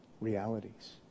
realities